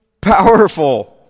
powerful